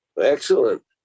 Excellent